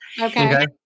Okay